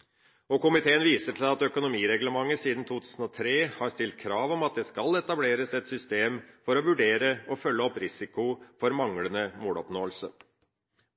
resultatstyringa. Komiteen viser til at økonomireglementet siden 2003 har stilt krav om at det skal etableres et system for å vurdere og følge opp risiko for manglende måloppnåelse.